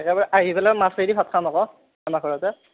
একেবাৰে আহি ফেলে মাছে দি ভাত খাম আকৌ আমাৰ ঘৰতে